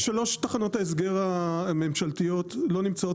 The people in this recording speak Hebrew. שלוש תחנות ההסגר הממשלתיות לא נמצאות